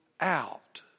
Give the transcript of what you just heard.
out